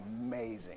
amazing